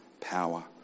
power